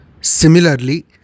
Similarly